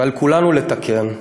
על כולנו לתקן.